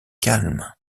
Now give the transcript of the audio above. calme